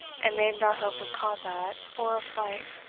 and maimed our hope of combat, or of flight,